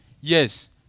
Yes